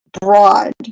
broad